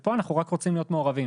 ופה אנחנו רק רוצים להיות מעורבים.